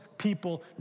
people